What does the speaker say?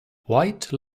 white